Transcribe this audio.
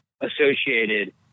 associated